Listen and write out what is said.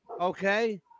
Okay